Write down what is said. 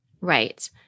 Right